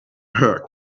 hair